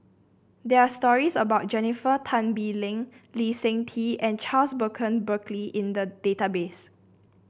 there are stories about Jennifer Tan Bee Leng Lee Seng Tee and Charles Burton Buckley in the database